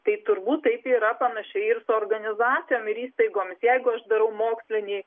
tai turbūt taip yra panašiai ir organizacijom ir įstaigomis jeigu aš darau mokslinį